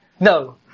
No